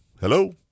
Hello